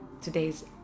today's